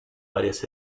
varias